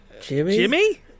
Jimmy